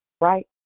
right